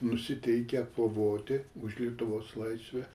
nusiteikę kovoti už lietuvos laisvę